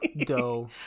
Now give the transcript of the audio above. doe